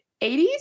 80s